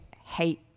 hate